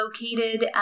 located